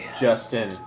Justin